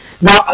now